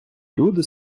люди